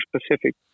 specific